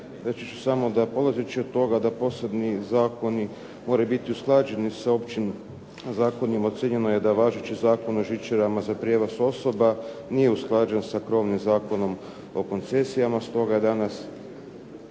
ću samo da polazeći od toga da posebni zakoni moraju biti usklađeni sa općima zakonima, ocijenjeno je da važeći Zakon o žičarama za prijevoz osoba nije usklađen sa krovnim Zakonom o koncesijama. Stoga je danas